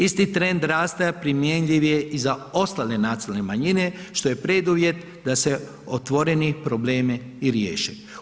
Isti trend rasta primjenjiv je i za ostale nacionalne manjine što je preduvjet da se otvoreni problemi i riješe.